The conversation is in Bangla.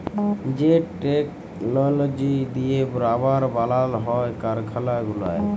যে টেকললজি দিঁয়ে রাবার বালাল হ্যয় কারখালা গুলায়